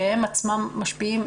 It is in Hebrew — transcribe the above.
שהם עצמם משפיעים,